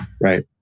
Right